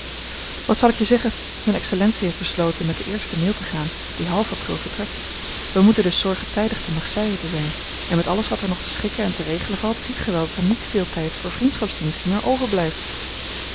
wat zal ik je zeggen zijne excellentie heeft besloten met den eersten mail te gaan die half april vertrekt wij moeten dus zorgen tijdig te marseille te zijn en met alles wat er nog te schikken en te regelen valt ziet gij wel dat er niet veel tijd voor vriendschapsdiensten meer overblijft